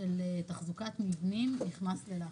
של תחזוקת מבנים נכנס ללחץ.